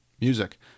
music